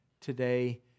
today